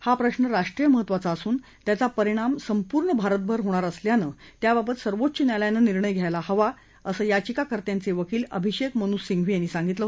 हा प्रश्न राष्ट्रीय महत्वाचा असून त्याचा परिणाम संपूर्ण भारतभर होणार असल्यानं त्याबाबत सर्वोच्च न्यायालयानं निर्णय घ्यायला हवा असं याचिकाकर्त्यांचे वकील अभिषेक मनु सिघंवी यांनी सांगितलं